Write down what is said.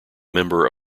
member